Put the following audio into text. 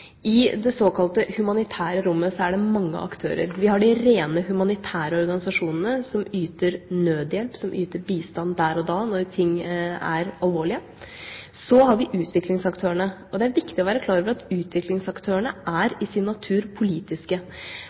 I det såkalte humanitære rommet er det mange aktører. Vi har de rent humanitære organisasjonene som yter nødhjelp, som yter bistand der og da, når ting er alvorlige. Så har vi utviklingsaktørene. Det er viktig å være klar over at utviklingsaktørene i sin natur er politiske.